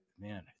man